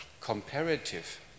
comparative